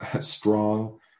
strong